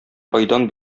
айдан